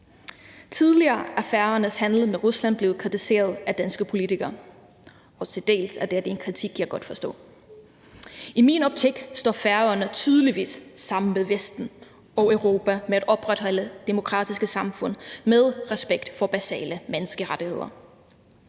Tidligere er Færøernes handel med Rusland blevet kritiseret af danske politikere, og til dels er det en kritik, jeg godt kan forstå. I min optik står Færøerne tydeligvis sammen med Vesten og Europa med at opretholde demokratiske samfund med respekt for basale menneskerettigheder.